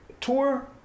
tour